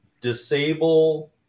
disable